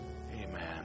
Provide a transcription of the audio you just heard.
Amen